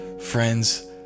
Friends